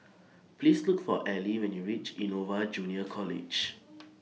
Please Look For Allie when YOU REACH Innova Junior College